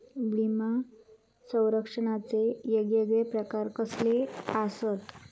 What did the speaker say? विमा सौरक्षणाचे येगयेगळे प्रकार कसले आसत?